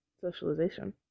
socialization